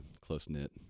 close-knit